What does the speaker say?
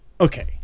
Okay